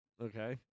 Okay